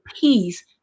peace